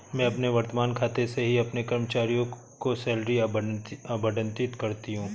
मैं अपने वर्तमान खाते से ही अपने कर्मचारियों को सैलरी आबंटित करती हूँ